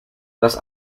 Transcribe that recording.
las